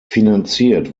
finanziert